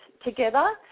together